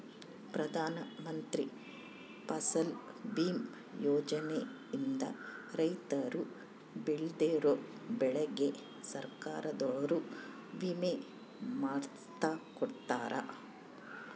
ಪ್ರಧಾನ ಮಂತ್ರಿ ಫಸಲ್ ಬಿಮಾ ಯೋಜನೆ ಇಂದ ರೈತರು ಬೆಳ್ದಿರೋ ಬೆಳೆಗೆ ಸರ್ಕಾರದೊರು ವಿಮೆ ಮಾಡ್ಸಿ ಕೊಡ್ತಾರ